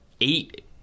eight